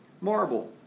marble